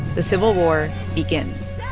the civil war begins